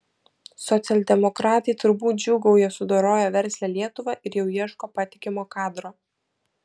socialdemokratai turbūt džiūgauja sudoroję verslią lietuvą ir jau ieško patikimo kadro